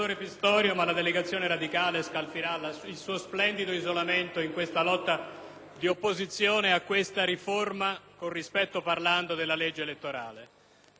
di opposizione a questa riforma (con rispetto parlando) della legge elettorale. Utilizzerò molto spesso la relazione (che non c'è stata riproposta